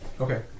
Okay